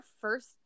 first